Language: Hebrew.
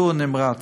בקיצור נמרץ,